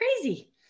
Crazy